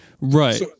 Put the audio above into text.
Right